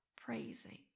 praising